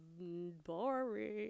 boring